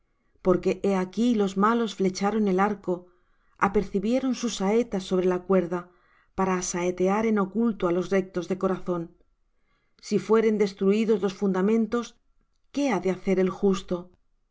porque he aquí los malos flecharon el arco apercibieron sus saetas sobre la cuerda para asaetear en oculto á los rectos de corazón si fueren destruídos los fundamentos qué ha de hacer el justo